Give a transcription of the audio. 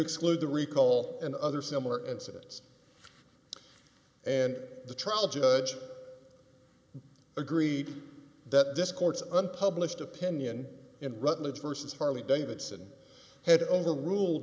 exclude the recall and other similar incidents and the trial judge agreed that discourse of published opinion in rutledge versus harley davidson head over the ruled